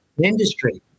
industry